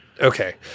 Okay